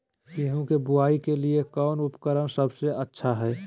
गेहूं के बुआई के लिए कौन उपकरण सबसे अच्छा है?